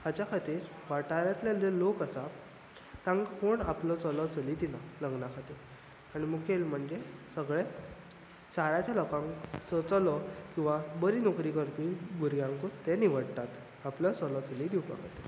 हाच्या खातीर वाठारांतले जे लोक आसा तांकां कोण आपलो चलो चली दिना लग्ना खातीर आनी मुखेल म्हणजे सगळे शाराच्या लोकांक चलो किंवा बरी नोकरी करपी भुरग्यांकूच ते निवडटात आपलो चलो चली दिवपाक